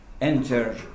enter